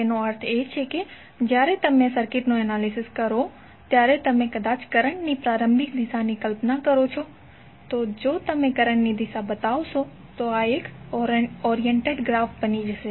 તેનો અર્થ એ છે કે જ્યારે તમે સર્કિટનું એનાલિસિસ કરો છો ત્યારે તમે કદચ કરંટની પ્રારંભિક દિશાની કલ્પના કરો છો તો જો તમે કરંટની દિશા બતાવશો તો આ ઓરિએન્ટેડ ગ્રાફ બની જશે